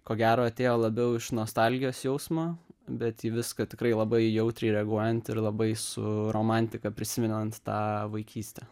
ko gero atėjo labiau iš nostalgijos jausmo bet į viską tikrai labai jautriai reaguojant ir labai su romantika prisimenant tą vaikystę